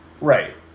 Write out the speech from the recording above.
Right